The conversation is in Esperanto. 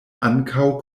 ankaŭ